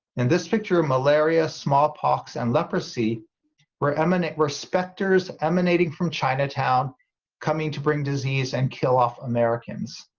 in this picture of malaria, smallpox and leprosy were eminent, were specters emanating from chinatown coming to bring disease and kill off americans.